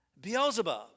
Beelzebub